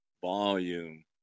volume